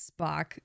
Spock